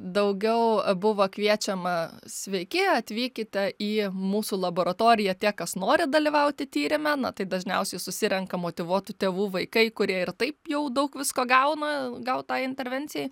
daugiau buvo kviečiama sveiki atvykite į mūsų laboratoriją tie kas nori dalyvauti tyrime na tai dažniausiai susirenka motyvuotų tėvų vaikai kurie ir taip jau daug visko gauna gautą intervencijai